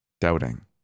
doubting